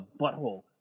butthole